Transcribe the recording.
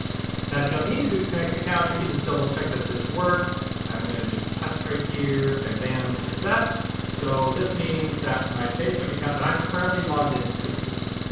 now if you don't need to do connect account, you can just double check that this works. i'm gonna do test right here, bam, bam, success. so this means that my facebook account that i'm currently logged into, this is,